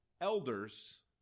elders